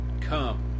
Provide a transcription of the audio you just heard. come